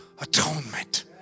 atonement